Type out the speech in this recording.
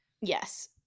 Yes